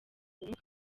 buntu